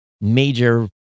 major